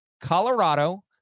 Colorado